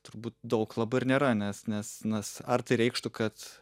turbūt daug labai ir nėra nes nes nas ar tai reikštų kad